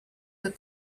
that